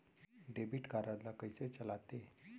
Debit card ला कइसे चलाते?